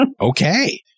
Okay